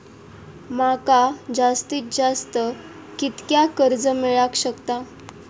माका जास्तीत जास्त कितक्या कर्ज मेलाक शकता?